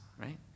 right